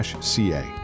CA